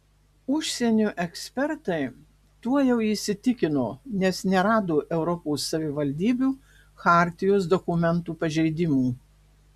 užsienio ekspertai tuo jau įsitikino nes nerado europos savivaldybių chartijos dokumentų pažeidimų